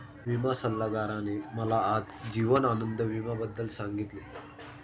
विमा सल्लागाराने मला आज जीवन आनंद विम्याबद्दल सांगितले